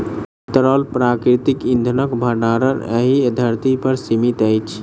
तरल प्राकृतिक इंधनक भंडार एहि धरती पर सीमित अछि